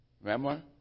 Remember